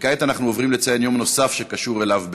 וכעת אנחנו עוברים לציין יום נוסף שקשור אליו בטבורו: